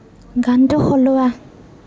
গানটো সলোৱা